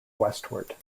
westward